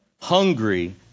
Hungry